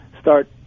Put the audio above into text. start